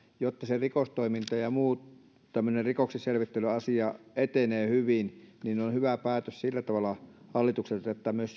jotta rikostoiminta ja muu tämmöinen rikoksenselvittelyasia etenee hyvin niin on hyvä päätös sillä tavalla hallitukselta että myös